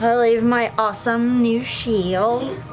leave my awesome new shield.